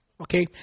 Okay